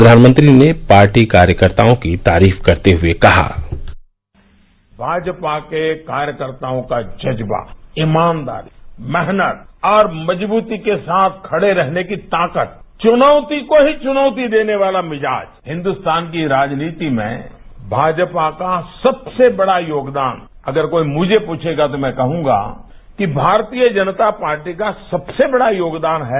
प्रधानमंत्री ने पार्टी कार्यकर्ताओं की तारीफ करते हुए कहा भाजपा के कार्यकर्ताओं का जज्बा ईमानदारी मेहनत और मजब्रती के साथ खड़े रहने की ताकत चुनौती को ही चुनौती देने वाला मिजाज हिन्दुस्तान की राजनीति में भाजपा का सबसे बड़ा योगदान है अगर कोई मुझे पूछेगा तो कहूंगा कि भारतीय जनता पार्टी का सबसे बड़ा योगदान है